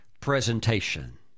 presentation